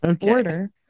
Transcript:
Order